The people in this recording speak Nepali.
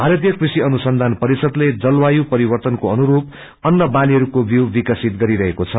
भारतीय कृषि अनुसंधान परिषदले जलवायु परिवर्तनको अनुसूप अन्नवालीहरूको विऊ विकसित गरिरहेको छ